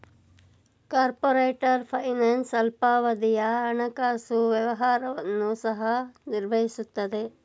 corporate finance ಅಲ್ಪಾವಧಿಯ ಹಣಕಾಸು ವ್ಯವಹಾರವನ್ನು ಸಹ ನಿರ್ವಹಿಸುತ್ತದೆ